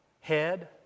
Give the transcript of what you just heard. head